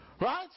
Right